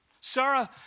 Sarah